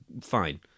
fine